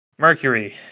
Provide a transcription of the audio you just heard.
Mercury